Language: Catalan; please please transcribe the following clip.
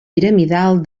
piramidal